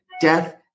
death